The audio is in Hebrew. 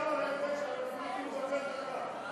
לא נתקבלה.